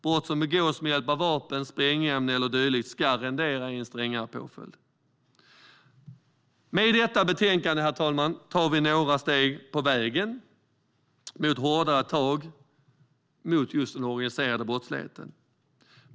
Brott som begås med hjälp av vapen, sprängämne eller dylikt ska rendera i strängare påföljd. Med detta betänkande, herr talman, tar vi några steg på vägen mot hårdare tag mot just den organiserade brottsligheten.